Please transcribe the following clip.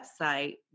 website